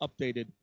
updated